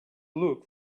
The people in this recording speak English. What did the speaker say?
look